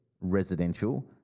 residential